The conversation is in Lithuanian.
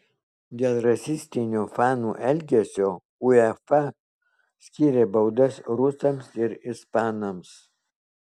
dėl rasistinio fanų elgesio uefa skyrė baudas rusams ir ispanams